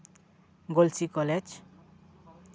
ᱜᱚᱞᱪᱷᱤ college